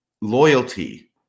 loyalty